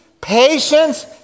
patience